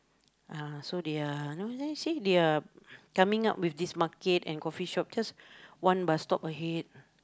ah so they are you know there see they are coming up with this market and coffee shop just one bus stop ahead